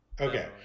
okay